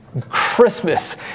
Christmas